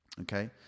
Okay